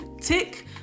tick